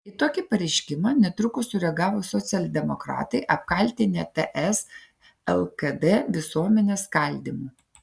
į tokį pareiškimą netrukus sureagavo socialdemokratai apkaltinę ts lkd visuomenės skaldymu